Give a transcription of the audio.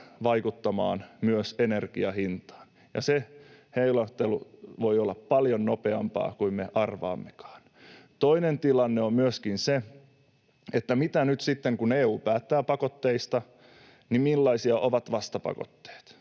vaikuttamaan myös energian hintaan, ja se heilahtelu voi olla paljon nopeampaa kuin me arvaammekaan. Toinen tilanne on myöskin se, että mitä nyt sitten kun EU päättää pakotteista, millaisia ovat vastapakotteet.